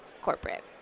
corporate